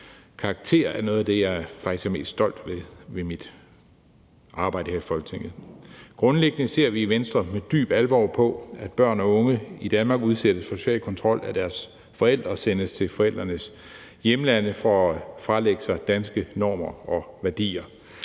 karakter på vej, noget af det, jeg faktisk er mest stolt af ved mit arbejde her i Folketinget. Grundlæggende ser vi i Venstre med dyb alvor på, at børn og unge i Danmark udsættes for social kontrol af deres forældre og sendes til forældrenes hjemlande for at fralægge sig danske normer og værdier.